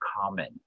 common